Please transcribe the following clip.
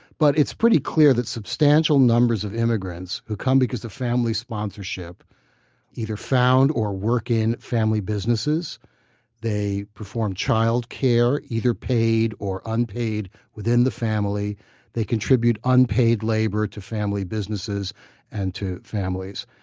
but it's pretty clear that substantial numbers of immigrants who come because of family sponsorship either found or work in family businesses they perform child care, either paid or unpaid within the family they contribute unpaid labor to family businesses and to families.